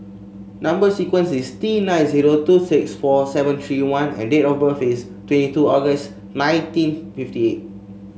number sequence is T nine zero two six four seven three one and date of birth is twenty two August nineteen fifty eight